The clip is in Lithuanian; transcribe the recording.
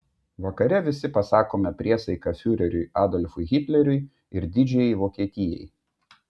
vakare visi pasakome priesaiką fiureriui adolfui hitleriui ir didžiajai vokietijai